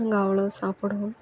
அங்கே அவ்வளோ சாப்புடுவோம்